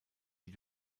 die